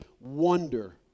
Wonder